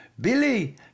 Billy